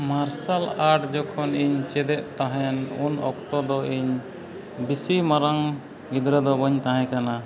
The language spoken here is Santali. ᱢᱟᱨᱥᱟᱞ ᱟᱴ ᱡᱚᱠᱷᱚᱱᱤᱧ ᱪᱮᱫ ᱮᱫ ᱛᱟᱦᱮᱸᱫ ᱩᱱ ᱚᱠᱛᱚ ᱫᱚ ᱤᱧ ᱵᱤᱥᱤ ᱢᱟᱨᱟᱝ ᱜᱤᱫᱽᱨᱟᱹ ᱫᱚ ᱵᱟᱹᱧ ᱛᱟᱦᱮᱸ ᱠᱟᱱᱟ